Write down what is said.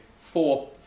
four